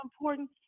important